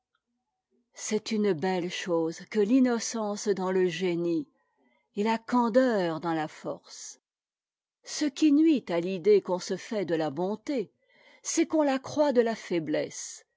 c'est une belle chose que l'innocence dans le génie et la candeur dans la force ce qui nuit à l'idée qu'on se fait de la bonté c'est qu'on la croit de la faiblesse